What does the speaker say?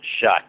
shut